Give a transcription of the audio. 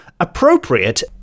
appropriate